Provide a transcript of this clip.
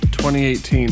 2018